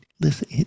Listen